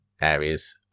areas